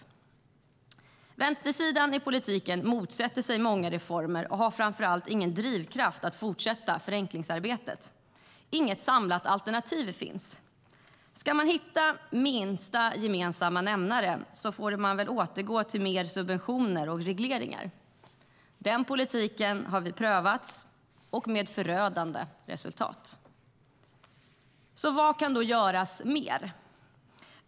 Vänstersidan i politiken motsätter sig många reformer och har framför allt ingen drivkraft att fortsätta förenklingsarbetet. Inget samlat alternativ finns. Om man ska hitta minsta gemensamma nämnare får man väl återgå till mer subventioner och regleringar. Den politiken har prövats, med förödande resultat. Vad mer kan då göras?